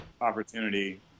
opportunity